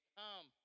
come